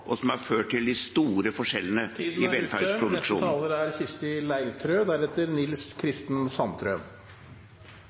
og som har ført til de store forskjellene i velferdsproduksjonen. For Arbeiderpartiet er